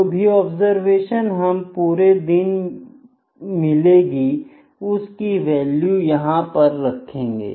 जो भी ऑब्जरवेशन हम पूरे दिन मिलेंगे उसकी वैल्यू यहां पर रखेंगे